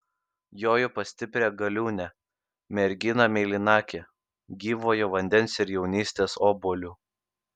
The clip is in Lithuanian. joju pas stiprią galiūnę merginą mėlynakę gyvojo vandens ir jaunystės obuolių